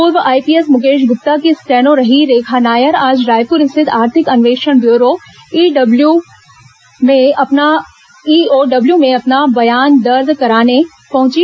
पूर्व आईपीएस मुकेश गुप्ता की स्टेनो रही रेखा नायर आज रायपुर स्थित आर्थिक अन्वेषण ब्यूरो ईओडब्ल्यू में अपना बयान दर्ज कराने पहुंची